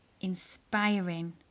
Inspiring